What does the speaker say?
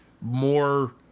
more